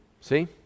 see